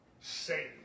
Satan